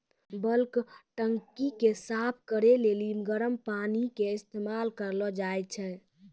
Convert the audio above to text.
bulk टंकी के साफ करै लेली गरम पानी के इस्तेमाल करलो जाय छै